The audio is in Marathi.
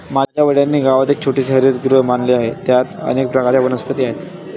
माझ्या वडिलांनी गावात एक छोटेसे हरितगृह बांधले आहे, त्यात अनेक प्रकारच्या वनस्पती आहेत